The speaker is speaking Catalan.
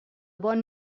bon